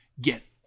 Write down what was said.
get